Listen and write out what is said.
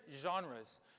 genres